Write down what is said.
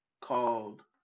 called